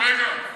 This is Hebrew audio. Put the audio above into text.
רגע.